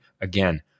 again